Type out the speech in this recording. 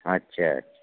अच्छा अच्छा